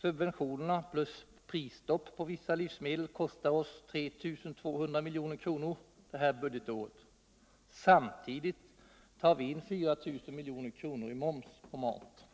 Subventionerna plus prisstopp på vissa livsmedel kostar oss 3 200 milj.kr. det här budgetåret. Samtidigt tar vi in 4 000 milj.kr. i moms på mat.